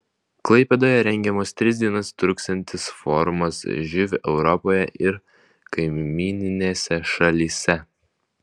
klaipėdoje rengiamas tris dienas truksiantis forumas živ europoje ir kaimyninėse šalyse